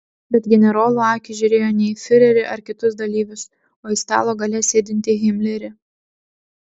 bet generolų akys žiūrėjo ne į fiurerį ar kitus dalyvius o į stalo gale sėdintį himlerį